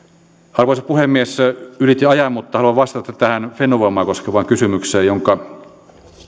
arvoisa puhemies ylitin ajan mutta haluan vastata tähän fennovoimaa koskevaan kysymykseen jonka